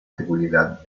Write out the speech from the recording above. seguridad